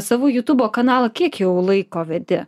savo jutubo kanalą kiek jau laiko vedi